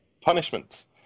punishments